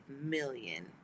million